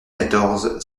quatorze